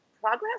progress